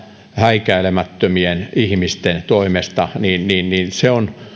häikäilemättömien ihmisten toimesta niin niin että